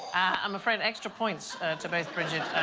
i'm afraid extra points to both bridget